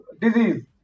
disease